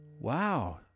wow